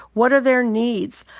what are their needs?